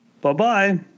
Bye-bye